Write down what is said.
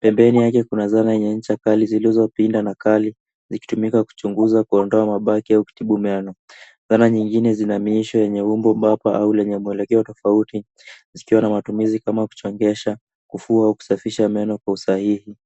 Pembeni yake kuna zana yenye ncha kali zilizopinda na kali zikitumika kuchunguza kuondoa mabaki au kutibu meno. Zana nyingine zina miisho yenye umbo bapa au lenye mwelekeo tofauti zikiwa na matumizi kama kuchongesha, kufua au kusafisha meno kwa usahihi.